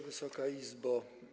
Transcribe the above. Wysoka Izbo!